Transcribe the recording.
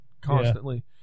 constantly